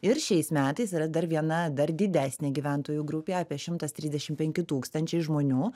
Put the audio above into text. ir šiais metais yra dar viena dar didesnė gyventojų grupė apie šimtas trisdešimt penki tūkstančiai žmonių